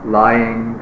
lying